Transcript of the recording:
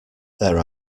there